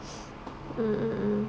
mmhmm mmhmm mmhmm